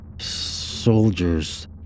Soldiers